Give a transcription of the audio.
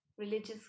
religious